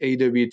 AWT